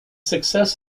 success